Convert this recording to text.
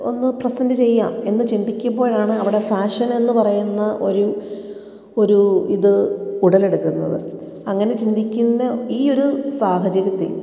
ഒന്ന് പ്രെസെൻ്റ് ചെയ്യാം എന്ന് ചിന്തിക്കുമ്പോഴാണ് അവിടെ ഫാഷനെന്ന് പറയുന്ന ഒരു ഒരു ഇത് ഉടലെടുക്കുന്നത് അങ്ങനെ ചിന്തിക്കുന്ന ഈ ഒരു സാഹചര്യത്തിൽ